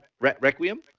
Requiem